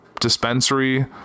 dispensary